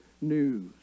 news